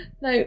No